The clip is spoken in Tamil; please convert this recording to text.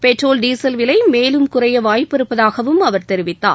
பெட்ரோல் டீசல் விலை மேலும் குறைய வாய்ப்பு இருப்பதாகவும் அவர் தெரிவித்தார்